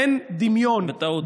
בטעות.